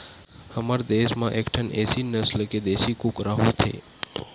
हमर देस म एकठन एसील नसल के देसी कुकरा होथे